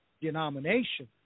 denomination